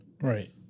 Right